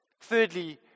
Thirdly